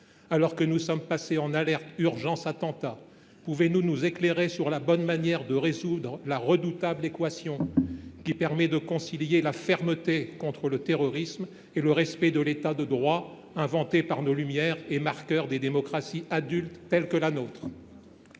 d’alerte, nous sommes passés au niveau urgence attentat, pouvez vous nous éclairer sur la bonne manière de résoudre la redoutable équation qui permet de concilier la fermeté contre le terrorisme et le respect de l’État de droit, inventé par nos Lumières et marqueur des démocraties adultes telles que la nôtre ?